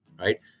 right